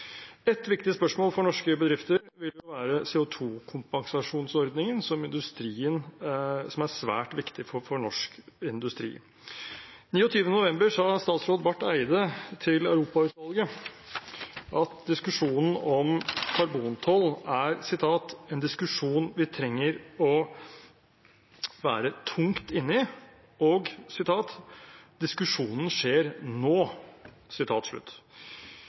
Et viktig spørsmål for norske bedrifter vil være CO 2 -kompensasjonsordningen, som er svært viktig for norsk industri. Den 29. november sa statsråd Barth Eide til Europautvalget at diskusjonen om karbontoll er «en diskusjon vi trenger å være tungt inne i», og videre at «diskusjonen skjer nå».